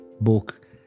book